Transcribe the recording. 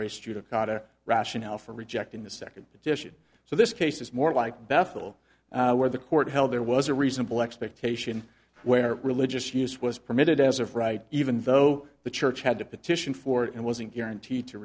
race judicata rationale for rejecting the second petition so this case is more like bethel where the court held there was a reasonable expectation where religious use was permitted as of right even though the church had to petition for it and wasn't guaranteed to